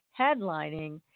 headlining